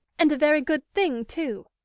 and a very good thing too.